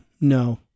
No